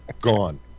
gone